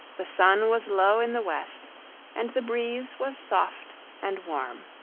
the sun was low in the west and the breeze was soft and warm.